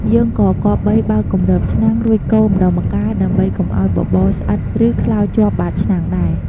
យើងក៏គប្បីបើកគម្របឆ្នាំង រួចកូរម្តងម្កាលដើម្បីកុំឱ្យបបរស្អិត ឬខ្លោចជាប់បាតឆ្នាំងដែរ។